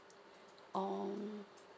um